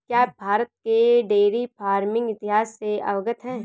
क्या आप भारत के डेयरी फार्मिंग इतिहास से अवगत हैं?